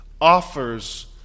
offers